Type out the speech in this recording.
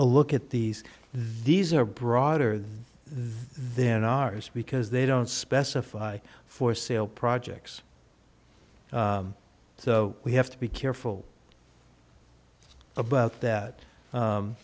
a look at these these are broader then ours because they don't specify for sale projects so we have to be careful about that